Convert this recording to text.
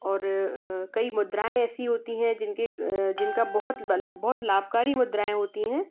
और कई मुद्राएँ ऐसी होती हैं जिनके जिनका बहुत बल बहुत लाभकारी मुद्राएँ होती है